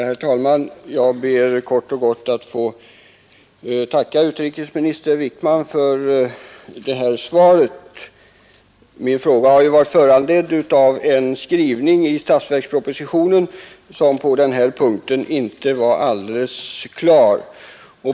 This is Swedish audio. Herr talman! Jag ber kort och gott att få tacka utrikesminister Wickman för det här svaret. Min fråga föranleddes av en skrivning i statsverkspropositionen på denna punkt som inte var alldeles klar.